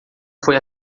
foi